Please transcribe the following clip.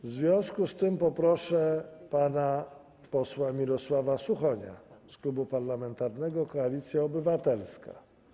W związku z tym poproszę pana posła Mirosława Suchonia z Klubu Parlamentarnego Koalicja Obywatelska.